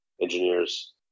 engineers